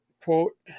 quote